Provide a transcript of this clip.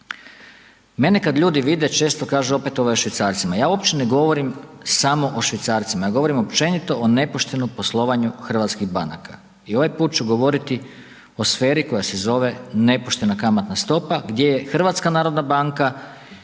Mene kad ljudi vide često kažu opet ovaj je u švicarcima, ja uopće ne govorim samo o švicarcima, ja govorim općenito o nepoštenom poslovanju hrvatskih banaka. I ovaj put ću govoriti o sferi koja se zove nepoštena kamatna stopa gdje je HNB mogla i